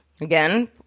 again